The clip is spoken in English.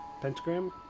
pentagram